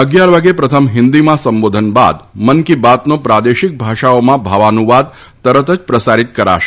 અગીયાર વાગે પ્રથમ હિન્દીમાં સંબોધન બાદ મન કી બાતનો પ્રાદેશિક ભાષાઓમાં ભાવાનુવાદ તરત જ પ્રસારિત કરાશે